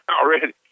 already